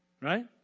right